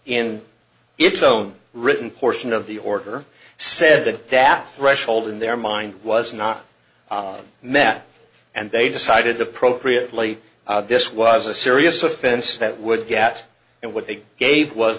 in its own written portion of the order said that that threshold in their mind was not met and they decided appropriately this was a serious offense that would get and what they gave was